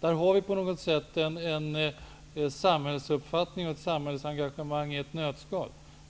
Där har vi en samhällsuppfattning och ett samhällsengagemang i ett nötskal.